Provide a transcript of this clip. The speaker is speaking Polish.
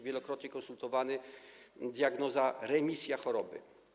Wielokrotnie konsultowany - diagnoza: remisja choroby.